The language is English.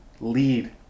lead